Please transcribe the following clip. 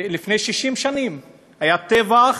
לפני 60 שנים היה טבח.